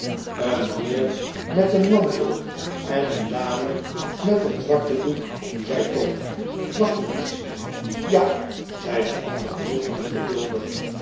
een heer met een mantel en een dame met een zwarten doek zei tom wacht eens ja zei de ander